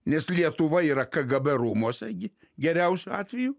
nes lietuva yra kgb rūmuose gi geriausiu atveju